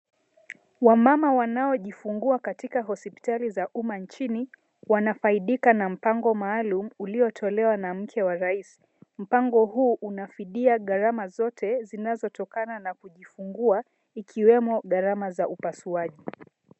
Wamama wanaojufungua katika hospitali za umma nchini, wanafaidika na mpango maalum uliotolewa na mke wa rais. Mpango huu unafidia gharama zote ambazo zinazotoka na kujifungua ikiwemo gharama za upasuaji.